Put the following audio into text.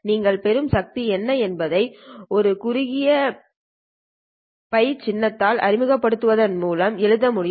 நீங்கள் பெறும் சக்தி என்ன என்பதை ஒரு குறுகிய கை ஆல் π சின்னத்தை அறிமுகப்படுத்துவதன் மூலம் எழுத முடியும்